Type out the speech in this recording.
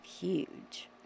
huge